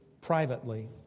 privately